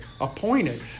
Appointed